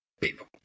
people